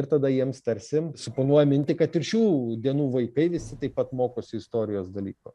ir tada jiems tarsi suponuoja mintį kad ir šių dienų vaikai visi taip pat mokosi istorijos dalyko